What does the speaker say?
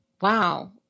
wow